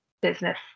business